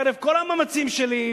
חרף כל המאמצים שלי,